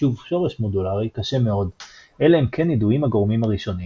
חישוב שורש מודולורי קשה מאוד אלא אם כן ידועים הגורמים הראשוניים.